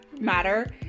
matter